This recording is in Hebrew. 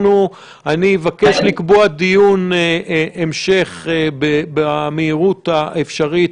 אני אבקש לקבוע דיון המשך במהירות האפשרית,